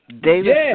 David